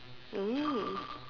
mm